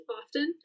often